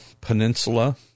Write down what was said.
peninsula